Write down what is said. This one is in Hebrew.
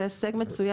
זה הישג מצוין.